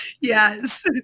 yes